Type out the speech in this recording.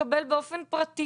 לקבל באופן פרטי